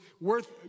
worth